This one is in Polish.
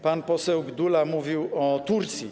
Pan poseł Gdula mówił o Turcji.